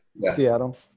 Seattle